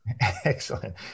Excellent